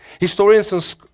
Historians